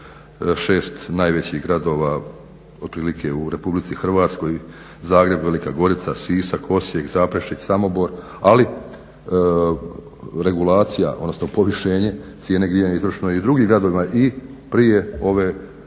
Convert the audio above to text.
6 najvećih gradova otprilike u Republici Hrvatskoj, Zagreb, Velika Gorica, Sisak, Osijek, Zaprešić, Samobor ali regulacija, odnosno povišenje cijene grijanja izvršeno je i u drugim gradovima i prije ove odluke